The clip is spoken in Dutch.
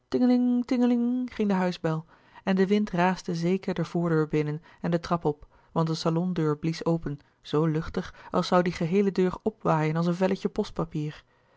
ging de huisbel en de wind raasde zeker de voordeur binnen en de trap op want de salondeur blies open zoo luchtig als zoû die geheele deur opwaaien als een